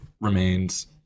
remains